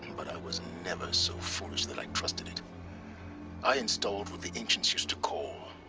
but i was never so foolish that i trusted it i installed what the ancients used to call.